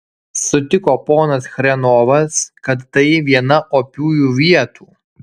sutiko ponas chrenovas kad tai viena opiųjų vietų